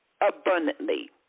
abundantly